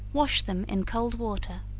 wash them in cold water,